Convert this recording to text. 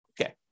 Okay